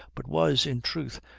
but was, in truth,